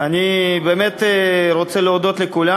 אני באמת רוצה להודות לכולם.